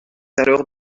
alors